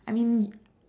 I mean